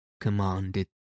commanded